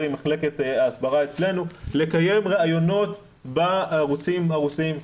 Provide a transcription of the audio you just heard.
עם מחלקת ההסברה אצלנו לקיים ריאיונות בערוצים הרוסיים.